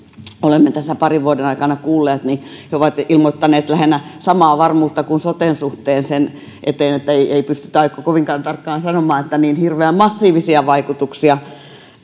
olemme tässä parin vuoden aikana kuulleet ovat ilmoittaneet lähinnä samaa varmuutta kuin soten suhteen sen eteen ettei pystytä kovinkaan tarkkaan sanomaan että niin hirveän massiivisia vaikutuksia